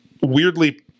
weirdly